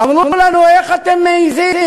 אמרו לנו: איך אתם מעזים?